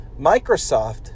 Microsoft